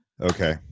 Okay